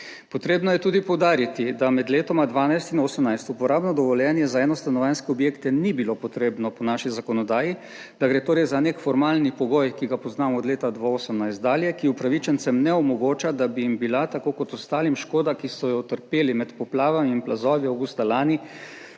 Potrebno je tudi poudariti, da med letoma 12. in 18. uporabno dovoljenje za eno stanovanjske objekte ni bilo potrebno po naši zakonodaji, da gre torej za nek formalni pogoj, ki ga poznamo od leta 2018 dalje, ki upravičencem ne omogoča, da bi jim bila tako kot ostalim škoda, ki so jo utrpeli med poplavami in plazovi avgusta lani